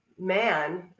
man